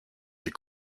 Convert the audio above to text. j’ai